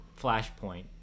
flashpoint